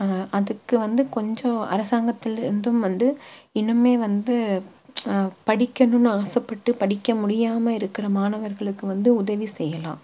அதுக்கு வந்து கொஞ்சம் அரசாங்கத்துலேருந்தும் வந்து இன்னுமே வந்து படிக்கணும்னு ஆசைப்பட்டு படிக்க முடியாமல் இருக்கிற மாணவர்களுக்கு வந்து உதவி செய்யலாம்